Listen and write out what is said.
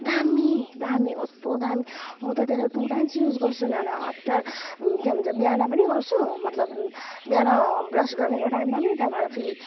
दामी दामी कस्तो दामी म त त्यसलाई टु टाइम्स युज गर्छु नाना आफ्टार के भन्छ बिहान पनि गर्छु मतलब बिहान ब्रस गर्नेको टाइममा पनि त्यहाँबाट फेरि